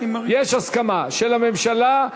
יש הסכמה של הממשלה,